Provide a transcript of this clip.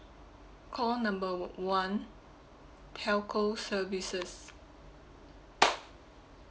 call number w~ one telco services